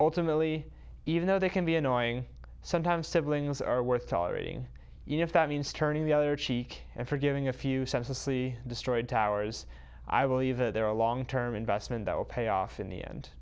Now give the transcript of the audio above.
ultimately even though they can be annoying sometimes siblings are worth tolerating if that means turning the other cheek and forgiving a few senselessly destroyed towers i believe that there are long term investment that will pay off in the end